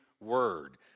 word